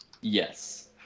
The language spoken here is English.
Yes